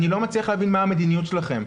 אני לא מצליח להבין מה המדיניות שלכם.